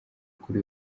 kuri